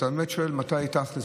אתה באמת שואל: תכלס,